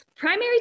Primary